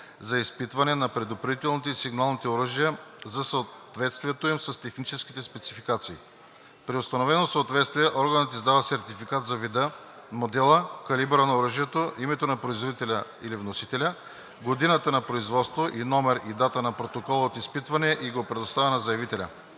за изпитване на предупредителните и сигналните оръжия за съответствието им с техническите спецификации. При установено съответствие органът издава сертификат за вида, модела, калибъра на оръжието, името на производителя или вносителя, годината на производство, номер и дата на протокола от изпитване и го предоставя на заявителя.